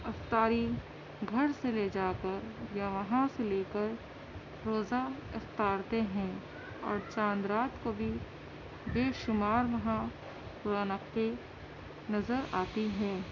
افطاری گھر سے لے جا کر یا وہاں سے لے کر روزہ افطارتے ہیں اور چاندرات کو بھی بےشمار وہاں رونقیں نظر آتی ہیں